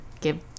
give